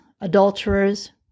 adulterers